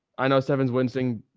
i know seven's wincing,